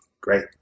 Great